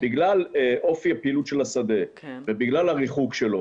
בגלל אופי הפעילות של השדה ובגלל הריחוק שלו